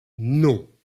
non